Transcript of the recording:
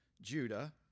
Judah